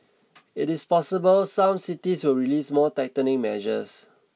it is possible some cities will release more tightening measures